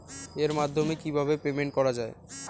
এর মাধ্যমে কিভাবে পেমেন্ট করা য়ায়?